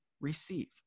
receive